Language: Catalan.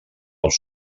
als